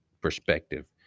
perspective